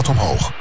omhoog